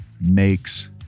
makes